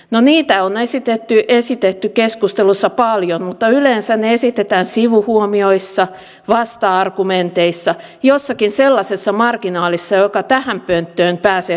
no niitä on esitetty keskusteluissa paljon mutta yleensä ne esitetään sivuhuomioissa vasta argumenteissa jossakin sellaisessa marginaalissa joka tähän pönttöön pääsee valitettavan harvoin